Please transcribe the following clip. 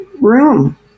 room